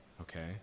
okay